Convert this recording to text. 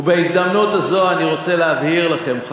ובהזדמנות זו אני רוצה להבהיר לכם,